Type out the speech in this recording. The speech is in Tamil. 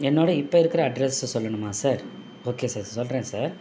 என்னோட இப்போ இருக்கிற அட்ரஸ்ஸை சொல்லணுமா சார் ஓகே சார் சொல்லுறேன் சார்